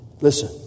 listen